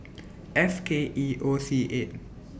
F K E O C eight